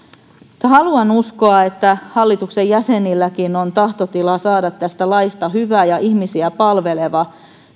haluan uskoa että hallituksen jäsenilläkin on tahtotila saada tästä laista hyvä ja ihmisiä palveleva